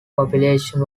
population